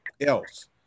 else